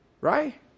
Right